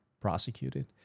prosecuted